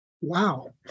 Wow